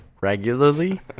regularly